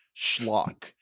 schlock